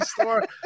store